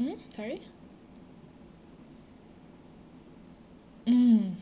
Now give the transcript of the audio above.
mm sorry mm